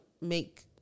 make